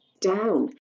down